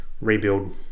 rebuild